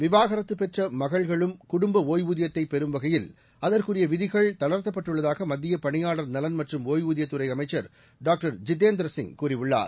விவாகரத்து பெற்ற மகள்களும் குடும்ப ஒய்வூதியத்தை பெறும் வகையில் அதற்குரிய விதிகள் தளரத்த்தப்பட்டுள்ளதாக மத்தியப் பணியாளர் நலன் மற்றும் ஒய்வூதியத் துறை அமைச்சர் டாக்டர் ஜிதேந்திர சிங் கூறியுள்ளார்